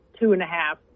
two-and-a-half